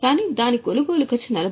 కాని దాని కొనుగోలు ఖర్చు 40000